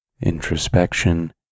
introspection